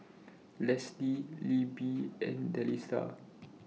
Leslee Libbie and Delisa